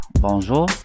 bonjour